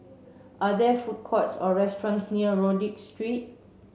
are there food courts or restaurants near Rodyk Street